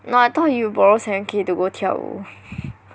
no I taught you borrow seven K to go 跳舞